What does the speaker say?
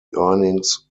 earnings